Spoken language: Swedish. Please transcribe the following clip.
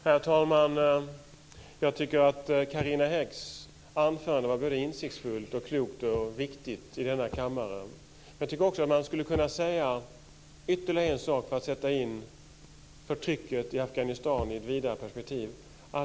Herr talman! Jag tycker att Carina Häggs anförande var såväl insiktsfullt som klokt och riktigt i denna kammare. Men jag tycker också att man skulle kunna säga ytterligare en sak för att sätta in förtrycket i Afghanistan i ett vidare perspektiv.